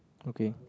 okay